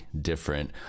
different